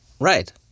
Right